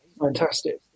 fantastic